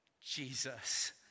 Jesus